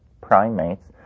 primates